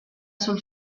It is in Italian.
sul